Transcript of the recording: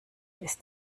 ist